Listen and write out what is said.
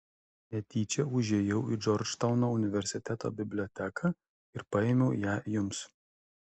netyčia užėjau į džordžtauno universiteto biblioteką ir paėmiau ją jums